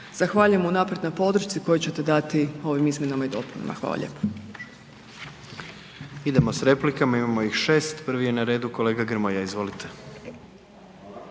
Zahvaljujem unaprijed na podršci koju ćete dati ovim izmjenama i dopunama. Hvala lijepo. **Jandroković, Gordan (HDZ)** Idemo s replikama, imamo ih 6. Prvi je na redu kolega Grmoja, izvolite.